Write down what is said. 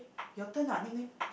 your turn ah nick name